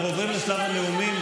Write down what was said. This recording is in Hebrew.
אנחנו עוברים לשלב הנאומים,